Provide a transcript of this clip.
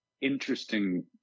interesting